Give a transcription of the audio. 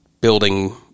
building